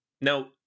Now